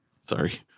Sorry